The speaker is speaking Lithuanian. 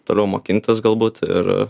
toliau mokintis galbūt ir